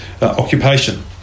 occupation